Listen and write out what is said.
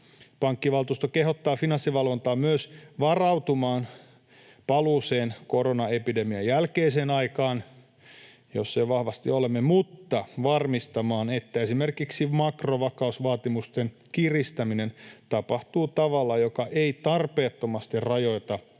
Pankkivaltuusto kehottaa Finanssivalvontaa myös varautumaan paluuseen koronaepidemian jälkeiseen aikaan, jossa jo vahvasti olemme, mutta varmistamaan, että esimerkiksi makrovakausvaatimusten kiristäminen tapahtuu tavalla, joka ei tarpeettomasti rajoita pankkien